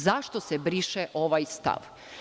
Zašto se briše ovaj stav?